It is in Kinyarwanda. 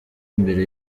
mbere